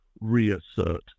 reassert